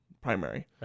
primary